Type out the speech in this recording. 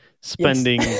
spending